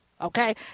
Okay